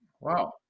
Wow